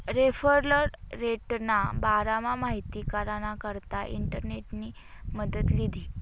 referral रेटना बारामा माहिती कराना करता इंटरनेटनी मदत लीधी